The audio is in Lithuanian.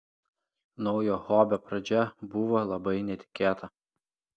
naujo hobio pradžia būva labai netikėta